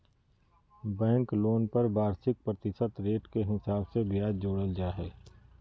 bank loan पर वार्षिक प्रतिशत रेट के हिसाब से ब्याज जोड़ल जा हय